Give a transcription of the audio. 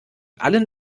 allen